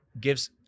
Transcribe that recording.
gives